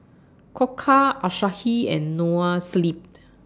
Koka Asahi and Noa Sleep